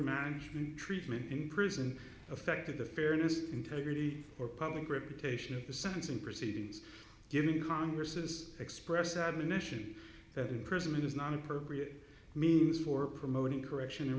management treatment in prison affected the fairness integrity or public reputation of the sentencing proceedings given congress express admission that imprisonment is not appropriate means for promoting correction